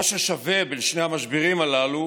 מה ששווה בין שני המשברים הללו